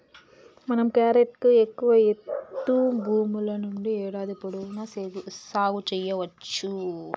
మనం క్యారెట్ ను ఎక్కువ ఎత్తు భూముల్లో కూడా ఏడాది పొడవునా సాగు సెయ్యవచ్చు